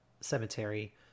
cemetery